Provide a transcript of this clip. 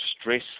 stress